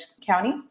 County